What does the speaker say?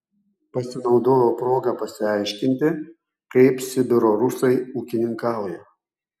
pasinaudojau proga pasiaiškinti kaip sibiro rusai ūkininkauja